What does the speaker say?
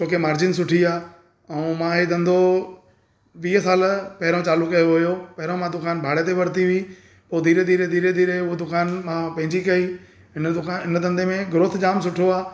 छोके मार्जन सुठी आहे ऐं मां इहो धंधो वीह साल पहिरों चालू कयो हुओ पहिरों मां दुकानु भाड़े ते वरिती हुई पोइ धीरे धीरे धीरे धीरे उहो दुकानु मां पंहिंजी कई इन दुकानु इन धंधे में ग्रोथ जाम सुठो आहे